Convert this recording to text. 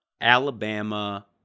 Alabama